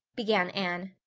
began anne.